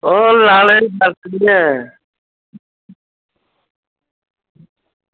ओह् लाने आहले दी गल्ती नेई ऐ